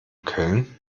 köln